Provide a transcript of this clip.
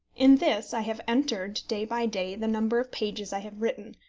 in this i have entered, day by day, the number of pages i have written,